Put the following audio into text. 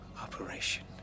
operation